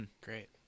Great